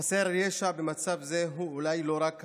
חסר ישע במצב זה הוא אולי לא רק הפג,